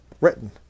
written